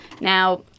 Now